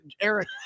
eric